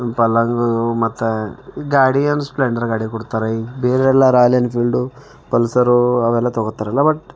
ಪಲ್ಲಂಗ ಮತ್ತೆ ಗಾಡಿ ಏನು ಸ್ಪ್ಲೇಂಡರ್ ಗಾಡಿ ಕೊಡ್ತಾರೆ ಬೇರೆ ಎಲ್ಲ ರಾಯಲ್ ಎನ್ಫೀಲ್ಡು ಪಲ್ಸಾರು ಅವೆಲ್ಲ ತಗೋತಾರಲ್ಲ ಬಟ್